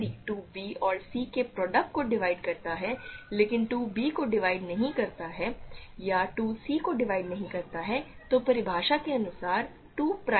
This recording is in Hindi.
यदि 2 b और c के प्रोडक्ट को डिवाइड करता है लेकिन 2 b को डिवाइड नहीं करता है या 2 c को डिवाइड नहीं करता है तो परिभाषा के अनुसार 2 प्राइम नहीं हो सकता